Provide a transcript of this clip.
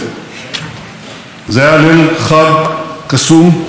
זה היה ליל חג קסום שכולו חוויה.